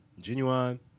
Genuine